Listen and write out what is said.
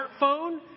smartphone